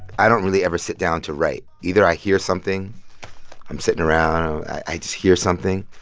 i don't really ever sit down to write. either i hear something i'm sitting around, i just hear something.